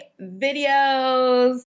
videos